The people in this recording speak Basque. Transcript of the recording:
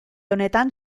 honetan